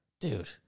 Dude